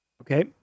Okay